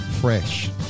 Fresh